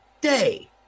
day